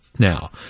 Now